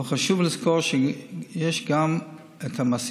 אבל חשוב לזכור שיש גם מעסיקים,